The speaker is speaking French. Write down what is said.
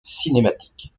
cinématiques